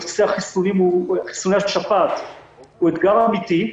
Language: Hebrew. נושא חיסוני השפעת הוא אתגר אמיתי,